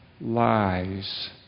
lies